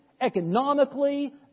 economically